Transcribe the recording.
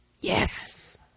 Yes